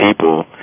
people